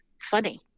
funny